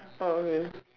oh okay